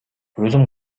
өзүм